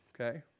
okay